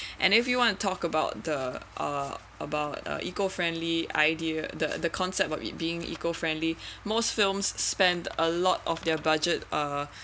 and if you want to talk about the uh about eco friendly idea the the concept of being eco friendly most films spend a lot of their budget uh